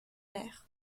mère